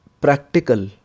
practical